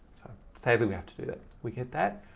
say that we have to do that. we get that.